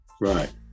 Right